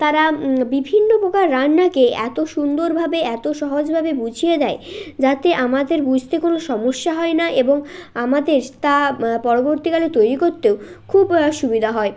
তারা বিভিন্ন প্রকার রান্নাকে এত সুন্দরভাবে এত সহজভাবে বুঝিয়ে দেয় যাতে আমাদের বুঝতে কোনো সমস্যা হয় না এবং আমাদের তা পরবর্তীকালে তৈরি করতেও খুব সুবিধা হয়